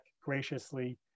graciously